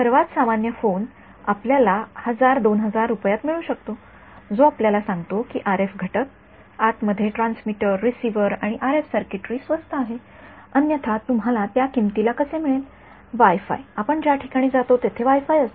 सर्वात सामान्य फोन आपल्याला १००० २००० रुपयांमध्ये मिळू शकतो जो आपल्याला सांगतो की आरएफ घटकः आतमध्ये ट्रान्समीटर रिसीव्हर आणि आरएफ सर्किटरी स्वस्त आहे अन्यथा तुम्हाला त्या किंमतीला कसे मिळेल वाय फायआपण ज्या ठिकाणी जातो तेथे वाय फाय असतो